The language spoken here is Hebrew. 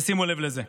ושימו לב לזה,